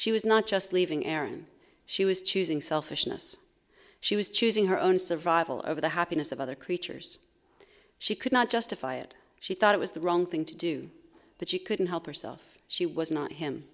she was not just leaving aaron she was choosing selfishness she was choosing her own survival over the happiness of other creatures she could not justify it she thought it was the wrong thing to do but she couldn't help herself she was not him